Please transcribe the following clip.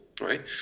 right